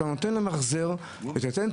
יעזור לאיכות הסביבה.